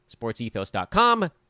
Sportsethos.com